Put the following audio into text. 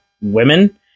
women